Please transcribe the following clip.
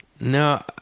No